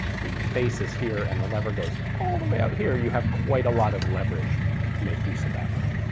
the face is here, and the lever goes all the way out here, you have quite a lot of leverage to make use of that with.